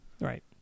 right